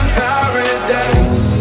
paradise